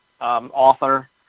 Author